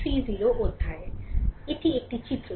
সুতরাং এটি একটি চিত্র 30